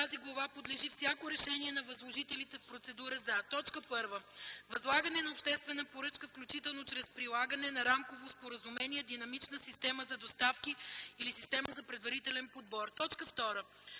тази глава подлежи всяко решение на възложителите в процедура за: 1. възлагане на обществена поръчка, включително чрез прилагане на рамково споразумение, динамична система за доставки или система за предварителен подбор; 2.